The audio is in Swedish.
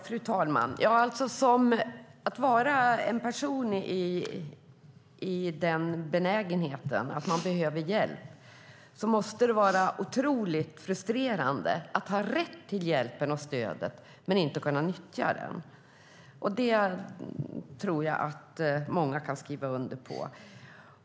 Fru talman! För en person som behöver hjälp måste det vara otroligt frustrerande att ha rätt till hjälp och stöd men inte kunna nyttja den rätten. Det tror jag att många kan skriva under på.